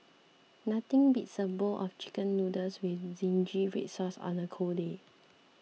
nothing beats a bowl of Chicken Noodles with Zingy Red Sauce on a cold day